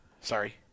sorry